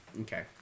Okay